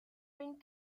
been